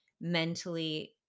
mentally